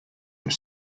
were